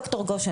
ד"ר גושן,